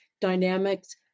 dynamics